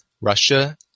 Russia